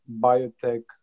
biotech